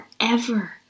forever